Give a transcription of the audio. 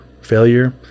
failure